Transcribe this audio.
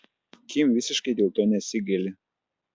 kim visiškai dėl to nesigaili